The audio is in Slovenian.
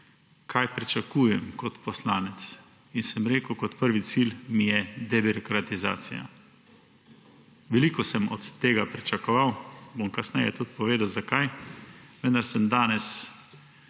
kaj pričakujem kot poslanec, in sem rekel, da kot prvi cilj mi je debirokratizacija. Veliko sem od tega pričakoval, bom kasneje tudi povedal, zakaj. Vendar sem danes